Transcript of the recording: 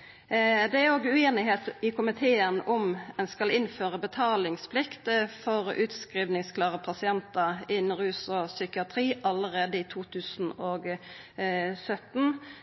av det nasjonale tilbodet. I komiteen er vi òg ueinige om ein skal innføra betalingsplikt for utskrivingsklare pasientar innan rus og psykiatri, allereie i 2017.